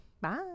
bye